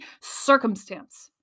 circumstance